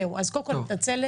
זהו, אז קודם כול אני מתנצלת,